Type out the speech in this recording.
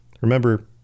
Remember